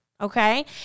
Okay